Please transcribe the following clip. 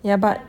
yeah but